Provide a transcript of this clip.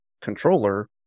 controller